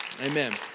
Amen